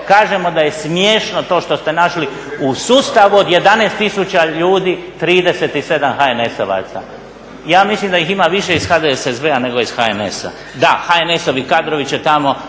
kažemo da je smiješno to što ste našli u sustavu od 11 tisuća ljudi 37 HNS-ovaca. Ja mislim da ih ima više iz HDSSB-a nego iz HNS-a. Da, HNS-ovi kadrovi će tamo